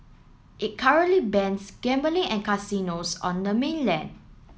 it currently bans gambling and casinos on the mainland